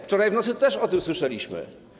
Wczoraj w nocy też o tym słyszeliśmy.